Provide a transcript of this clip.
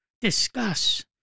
discuss